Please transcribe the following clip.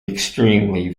extremely